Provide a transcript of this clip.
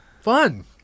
fun